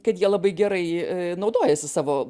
kad jie labai gerai naudojasi savo